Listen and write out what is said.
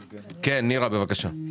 כן, נירה בבקשה.